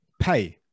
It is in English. pay